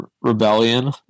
rebellion